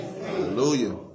Hallelujah